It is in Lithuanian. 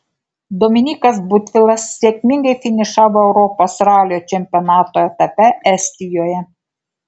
dominykas butvilas sėkmingai finišavo europos ralio čempionato etape estijoje